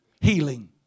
healing